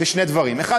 שני דברים: האחד,